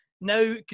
Now